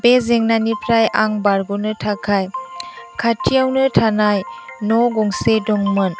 बे जेंनानिफ्राय आं बारग'नो थाखाय खाथियावनो थानाय न' गंसे दंमोन